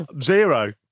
Zero